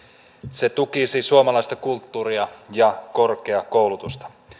se tukisi suomalaista kulttuuria ja korkeakoulutusta